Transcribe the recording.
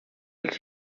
els